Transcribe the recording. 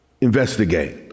investigate